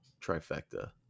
trifecta